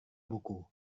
buku